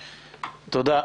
תודה.